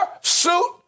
suit